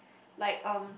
like um